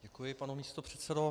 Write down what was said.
Děkuji, pane místopředsedo.